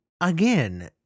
again